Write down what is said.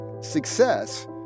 success